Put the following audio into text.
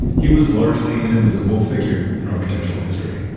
he was largely an invisible figure and architectural history,